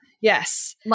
yes